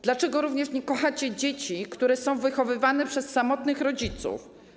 Dlaczego również nie kochacie dzieci, które są wychowywane przez samotnych rodziców?